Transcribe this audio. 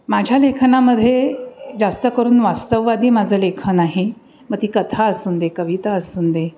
माझ्या लेखनामध्ये जास्त करून वास्तववादी माझं लेखन आहे मग ती कथा असू दे कविता असू दे